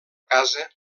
casa